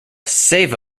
save